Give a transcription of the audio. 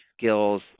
skills